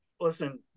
listen